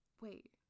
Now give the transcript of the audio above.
Wait